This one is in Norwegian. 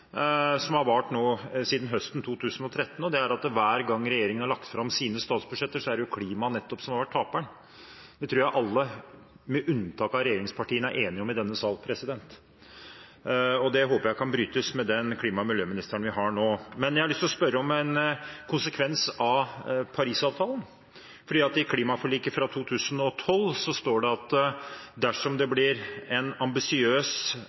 som har vart siden høsten 2013, og det er at hver gang regjeringen har lagt fram sine statsbudsjetter, er det nettopp klima som har vært taperen. Det tror jeg alle, med unntak av regjeringspartiene, er enige om i denne sal. Den tradisjonen håper jeg kan brytes med den klima- og miljøministeren vi nå har fått. Jeg har lyst til å spørre om en konsekvens av Paris-avtalen, for i klimaforliket fra 2012 står det at dersom det blir en ambisiøs